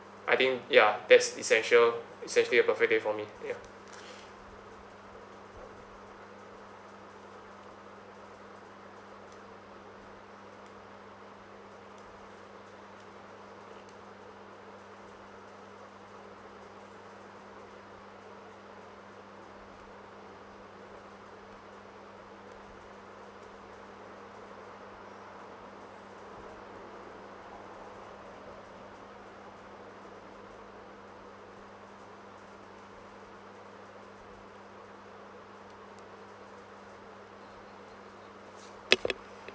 I think ya that's essential it's actually a perfect day for me ya